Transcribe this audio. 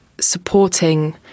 supporting